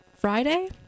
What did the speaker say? Friday